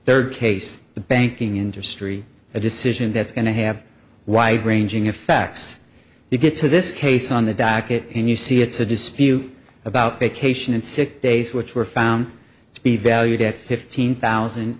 their case the banking industry a decision that's going to have wide ranging effects you get to this case on the docket and you see it's a dispute about vacation and sick days which were found to be valued at fifteen thousand